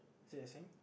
is it the same